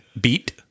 Beat